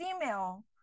female